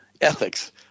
ethics